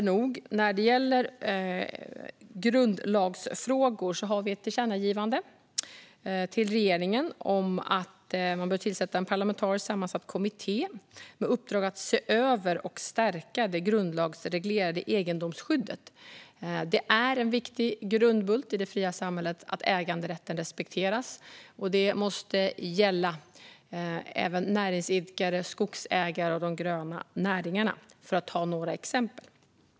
När det gäller grundlagsfrågor har vi också, glädjande nog, ett tillkännagivande till regeringen om att man bör tillsätta en parlamentariskt sammansatt kommitté med uppdrag att se över och stärka det grundlagsreglerade egendomsskyddet. Det är en viktig grundbult i det fria samhället att äganderätten respekteras, och detta måste gälla även näringsidkare, skogsägare och de gröna näringarna, för att ta några exempel.